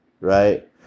right